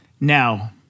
Now